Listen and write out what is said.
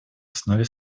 основе